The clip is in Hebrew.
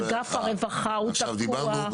אגף הרווחה הוא תקוע,